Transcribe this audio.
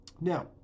Now